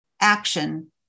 action